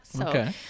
Okay